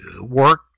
work